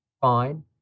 Fine